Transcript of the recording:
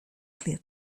clear